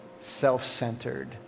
self-centered